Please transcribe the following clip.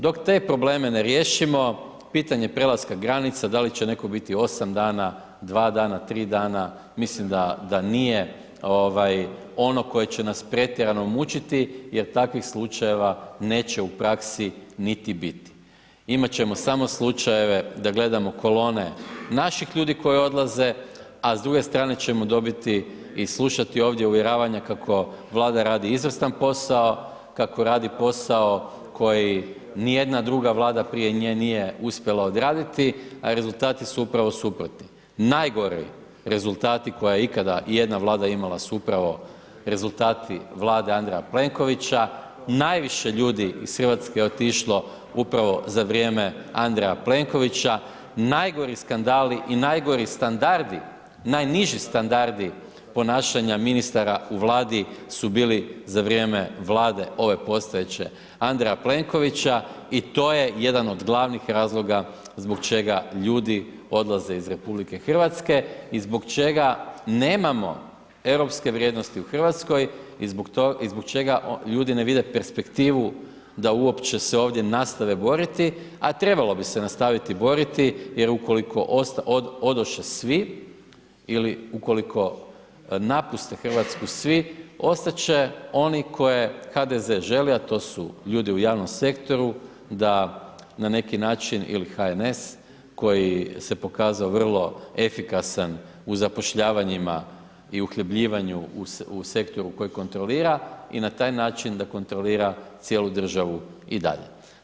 Dok te probleme ne riješimo, pitanje prelaska granica, da li će netko biti 8 dana, 2 dana, 3 dana, mislim da nije ono koje će nas pretjerano mučiti jer takvih slučajeva neće u praksi niti biti, imat ćemo samo slučajeve da gledamo kolone naših ljudi koji odlaze, a s druge strane ćemo dobiti i slušati ovdje uvjeravanja kako Vlada radi izvrstan posao, kako radi posao koji nijedna druga Vlada prije nje nije uspjela odraditi, a rezultati su upravo suprotni, najgori rezultati koje je ikada ijedna Vlada imala su upravo rezultati Vlade Andreja Plenkovića, najviše ljudi iz RH je otišlo upravo za vrijeme Andreja Plenkovića, najgori skandali i najgori standardi, najniži standardi ponašanja ministara u Vladi su bili za vrijeme Vlade ove postojeće Andreja Plenkovića i to je jedan od glavnih razloga zbog čega ljudi odlaze iz RH i zbog čega nemamo europske vrijednosti u RH i zbog čega ljudi ne vide u perspektivu da uopće se ovdje nastave boriti, a trebalo bi se nastaviti boriti jer ukoliko odoše svi ili ukoliko napuste RH svi, ostat će oni koje HDZ želi, a to su ljudi u javnom sektoru da na neki način ili HNS koji se pokazao vrlo efikasan u zapošljavanjima i uhljebljivanju u sektoru koji kontrolira i na taj način da kontrolira cijelu državu i dalje.